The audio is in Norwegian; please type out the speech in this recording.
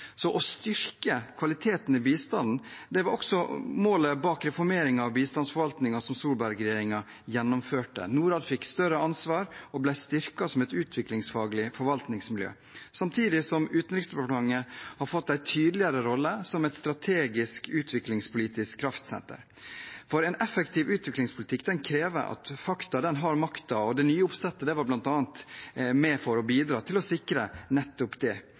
Å styrke kvaliteten i bistanden var også målet bak reformeringen av bistandsforvaltningen, som Solberg-regjeringen gjennomførte. Norad fikk større ansvar og ble styrket som et utviklingsfaglig forvaltningsmiljø, samtidig som Utenriksdepartementet har fått en tydeligere rolle som et strategisk utviklingspolitisk kraftsenter. En effektiv utviklingspolitikk krever at fakta har makta, og det nye oppsettet var bl.a. med for å bidra til å sikre nettopp det.